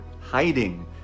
hiding